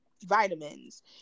vitamins